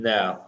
Now